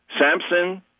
Samson